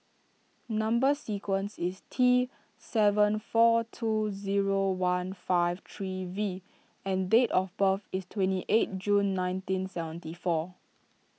Number Sequence is T seven four two zero one five three V and date of birth is twenty eight June nineteen seventy four